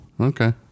Okay